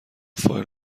فایل